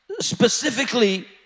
Specifically